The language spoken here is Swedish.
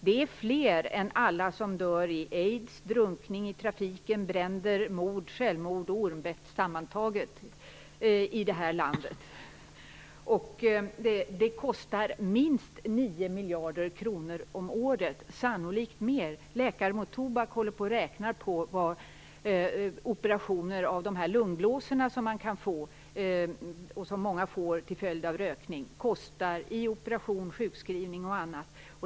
Det är fler än alla som dör i aids, i drunkning, i trafiken, i bränder, av mord, av självmord och av ormbett sammantaget i det här landet, och det kostar minst 9 miljarder kronor om året, sannolikt mer. Läkare mot tobak håller på och räknar på vad operationer av lungblåsor, som många får till följd av rökning, kostar i operation, sjukskrivning och annat.